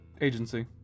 Agency